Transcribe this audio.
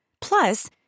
Plus